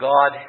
God